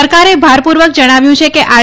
સરકારે ભારપૂર્વક જણાવ્યું છે કે આર